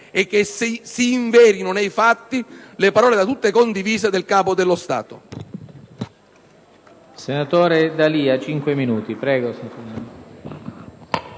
e che si inverino nei fatti le parole, da tutti condivise, del Capo dello Stato.